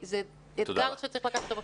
זה אתגר שצריך לקחת אותו בחשבון.